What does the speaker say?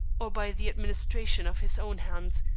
or by the administration of his own hand,